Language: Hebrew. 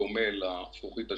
דומה לזכוכית השטוחה,